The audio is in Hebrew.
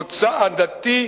מוצא עדתי,